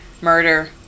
murder